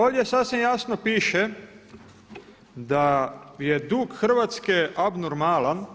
Ovdje sasvim jasno piše da je dug Hrvatske abnormalan,